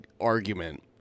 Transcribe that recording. argument